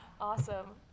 Awesome